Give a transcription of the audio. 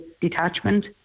detachment